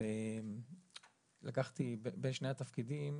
ולקחתי בין שני התפקידים,